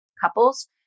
couples